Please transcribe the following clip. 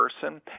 person